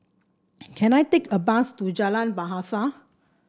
can I take a bus to Jalan Bahasa